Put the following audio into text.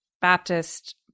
Baptist